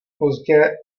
pozdě